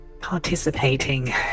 participating